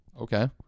Okay